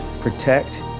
protect